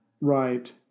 Right